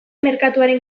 merkatuaren